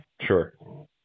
Sure